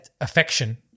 affection